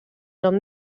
nom